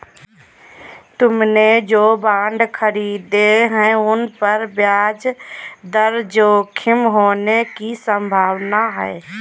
तुमने जो बॉन्ड खरीदे हैं, उन पर ब्याज दर जोखिम होने की संभावना है